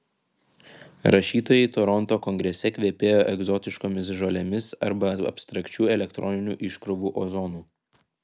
rašytojai toronto kongrese kvepėjo egzotiškomis žolėmis arba abstrakčių elektroninių iškrovų ozonu